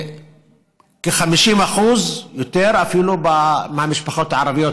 כ-50% מהמשפחות הערביות,